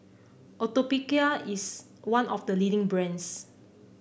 Atopiclair is one of the leading brands